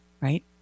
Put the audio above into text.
right